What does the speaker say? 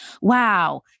wow